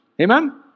Amen